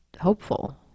hopeful